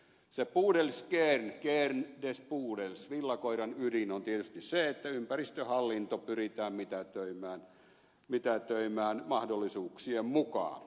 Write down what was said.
se pudels kern kern des pudels villakoiran ydin on tietysti se että ympäristöhallinto pyritään mitätöimään mahdollisuuksien mukaan